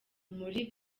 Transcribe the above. muri